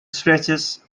stretches